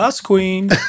queen